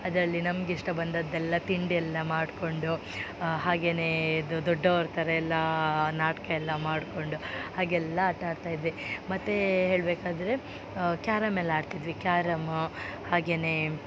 ಅದರಲ್ಲಿ ನಮಗಿಷ್ಟ ಬಂದದ್ದೆಲ್ಲ ತಿಂಡಿ ಎಲ್ಲ ಮಾಡಿಕೊಂಡು ಹಾಗೆಯೇ ಇದು ದೊಡ್ಡವ್ರ ಥರ ಎಲ್ಲ ನಾಟಕ ಎಲ್ಲ ಮಾಡಿಕೊಂಡು ಹಾಗೆಲ್ಲ ಆಟ ಆಡ್ತಾಯಿದ್ವಿ ಮತ್ತು ಹೇಳಬೇಕಾದ್ರೆ ಕ್ಯಾರಮ್ ಎಲ್ಲ ಆಡ್ತಿದ್ವಿ ಕ್ಯಾರಮ್ ಹಾಗೆಯೇ